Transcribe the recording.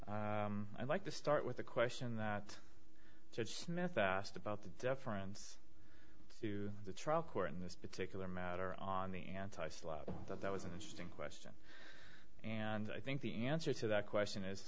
i'd like to start with the question that judge smith asked about the deference to the trial court in this particular matter on the anti slab that that was an interesting question and i think the answer to that question is